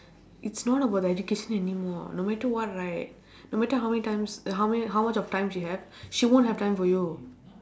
it's not about the education anymore no matter what right no matter how many times how many how much of time she have she won't have time for you